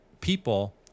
people